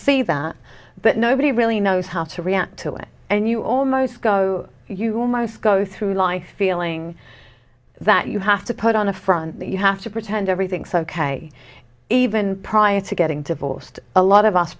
see that but nobody really knows how to react to it and you almost go you almost go through life feeling that you have to put on a front that you have to pretend everything's ok even prior to getting divorced a lot of